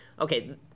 Okay